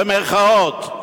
במירכאות.